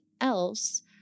else